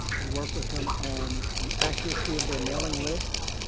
they work with them on the accuracy of their mailing lists.